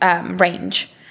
range